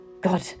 God